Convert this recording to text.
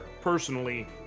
personally